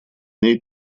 ней